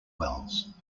wells